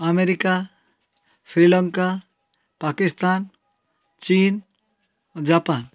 America Sri Lanka Pakistan ଚୀନ୍ ଓ Japan